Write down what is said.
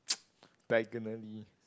diagonally